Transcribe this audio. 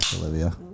Olivia